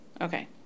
Okay